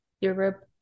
Europe